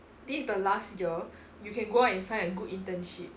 this is the last year you can go out and find a good internship